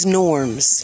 norms